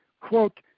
quote